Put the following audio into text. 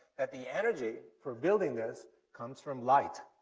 that the energy for building this comes from light.